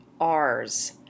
R's